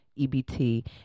EBT